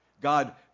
God